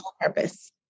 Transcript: Purpose